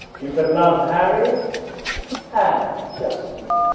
you can love harry and justin.